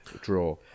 draw